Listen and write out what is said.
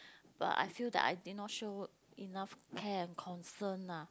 but I feel that I did not show enough care and concern lah